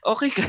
Okay